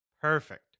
perfect